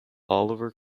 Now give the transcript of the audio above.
oliver